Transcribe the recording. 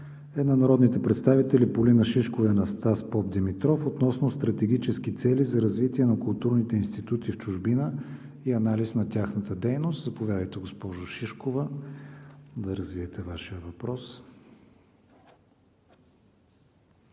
е на народните представители Полина Шишкова и Анастас Попдимитров относно стратегически цели за развитие на културните институти в чужбина и анализ на тяхната дейност. Заповядайте, госпожо Шишкова, да развиете Вашия въпрос.